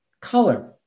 Color